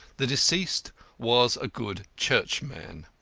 the deceased was a good churchman.